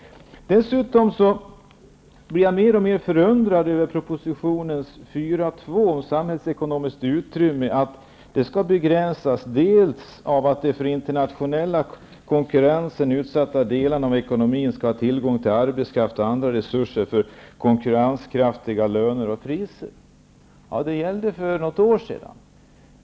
Dessutom blir jag mer och mer förundrad över propositionens avsnitt 4.2, där det står att det samhällsekonomiska utrymmet skall begränsas för att de delar av ekonomin som är utsatta för internationell konkurrens skall ha tillgång till arbetskraft och andra resurser till konkurrenskraftiga löner och priser. Ja, det gällde för något år sedan.